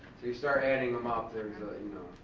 you start adding them up, there's a, you